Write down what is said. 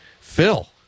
Phil